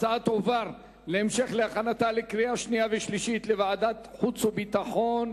ההצעה תועבר להמשך להכנתה לקריאה שנייה ושלישית לוועדת החוץ והביטחון.